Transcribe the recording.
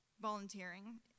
volunteering